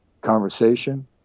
conversation